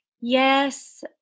Yes